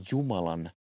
Jumalan